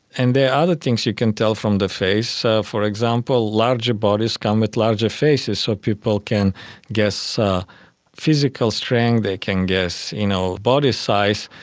and there are other things you can tell from the face. for example, larger bodies come with larger faces, so people can guess physical strength, they can guess you know body size.